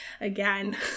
again